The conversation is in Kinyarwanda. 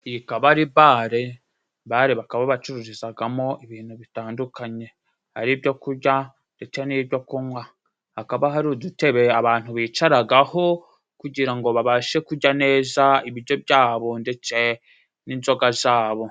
Iyi ikaba ari bare, bare bakaba bacururizagamo ibintu bitandukanye ari ibyo kurya ndetse n'ibyo kunywa. Hakaba hari udutebe abantu bicaragaho kugira ngo babashe kujya neza ibijyo byabo ndetse n'inzoga zabo.